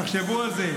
תחשבו על זה,